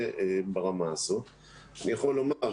אני יכול לומר,